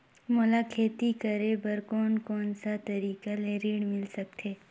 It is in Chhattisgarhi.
मोला खेती करे बर कोन कोन सा तरीका ले ऋण मिल सकथे?